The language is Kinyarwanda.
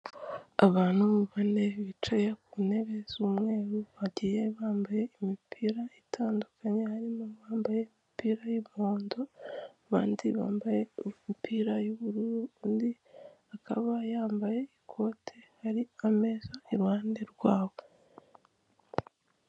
Abantu bane bicaye ku ntebe z'umweru, bagiye bambaye imipira itandukanye, harimo abambaye imipira y'umuhondo, abandi bambaye imipira y'ubururu, undi akaba yambaye ikote, hari ameza iruhande rwabo.